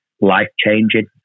life-changing